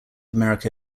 america